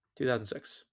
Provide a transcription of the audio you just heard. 2006